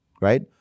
right